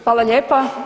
Hvala lijepa.